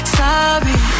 sorry